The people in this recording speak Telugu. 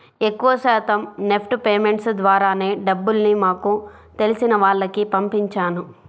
ఎక్కువ శాతం నెఫ్ట్ పేమెంట్స్ ద్వారానే డబ్బుల్ని మాకు తెలిసిన వాళ్లకి పంపించాను